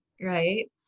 Right